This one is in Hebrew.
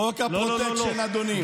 חוק הפרוטקשן, אדוני.